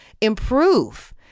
improve